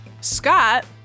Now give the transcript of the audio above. Scott